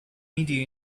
media